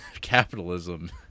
capitalism